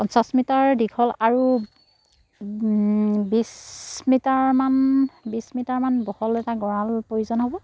পঞ্চাছ মিটাৰ দীঘল আৰু বিছ মিটাৰমান বিছ মিটাৰমান বহল এটা গঁৰাল প্ৰয়োজন হ'ব